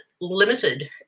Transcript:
Limited